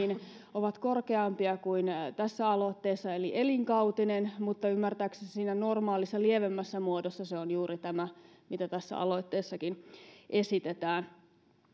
ovat korkeampia kuin tässä aloitteessa eli elinkautisia mutta ymmärtääkseni siinä normaalissa lievemmässä muodossa se on juuri tämä mitä tässä aloitteessakin esitetään